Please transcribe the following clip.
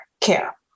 care